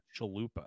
Chalupa